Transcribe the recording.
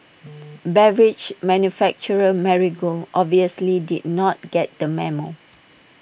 beverage manufacturer Marigold obviously did not get the memo